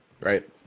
Right